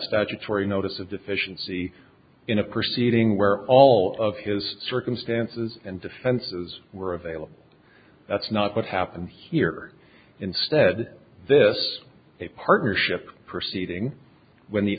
statutory notice of deficiency in a proceeding where all of his circumstances and defenses were available that's not what happened here instead this a partnership proceeding when the